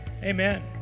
amen